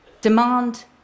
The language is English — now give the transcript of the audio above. demand